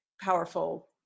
powerful